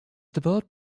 developed